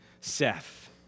Seth